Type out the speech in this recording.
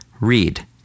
Read